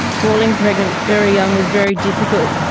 falling pregnant very young was very difficult.